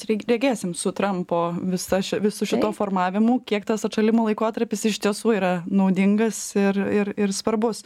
reg regėsim su trampo visa ši visu šituo formavimu kiek tas atšalimo laikotarpis iš tiesų yra naudingas ir ir ir svarbus